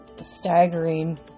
staggering